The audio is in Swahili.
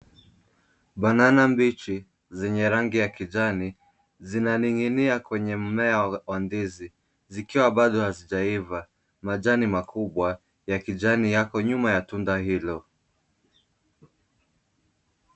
Banana mbichi, zenye rangi ya kijani, zinaning'inia kwenye mmea wa ndizi. Zikiwa bado hazijaiva, majani makubwa ya kijani yako nyuma ya tunda hilo.